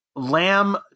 Lamb